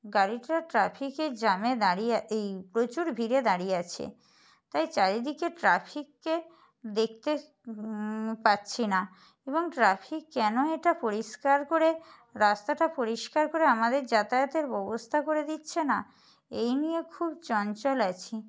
গাড়িটার ট্রাফিকের জ্যামে দাঁড়িয়ে এই প্রচুর ভিড়ে দাঁড়িয়ে আছে তাই চারিদিকে ট্রাফিককে দেখতে পাচ্ছি না এবং ট্রাফিক কেন এটা পরিস্কার করে রাস্তাটা পরিষ্কার করে আমাদের যাতায়াতের ববোস্থা করে দিচ্ছে না এই নিয়ে খুব চঞ্চল আছি